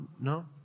no